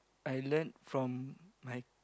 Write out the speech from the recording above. I learn from my